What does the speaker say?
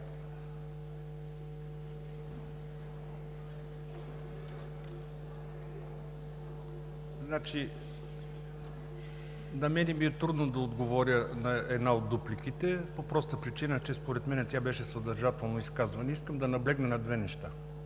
На мен ми е трудно да отговоря на една от дупликите по простата причина, че според мен тя беше съдържателно изказване. Искам да наблегна на две неща